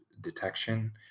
detection